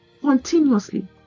continuously